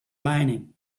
lining